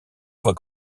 voit